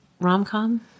rom-com